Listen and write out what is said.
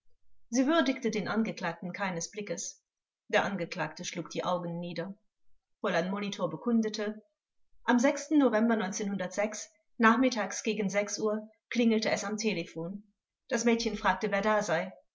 sie würdigte den angeklagten keines blickes der angeklagte schlug die augen nieder fräulein molitor bekundete am november nachmittags gegen uhr klingelte es am telephon das mädchen fragte wer da sei